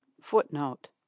Footnote